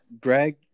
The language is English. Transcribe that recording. Greg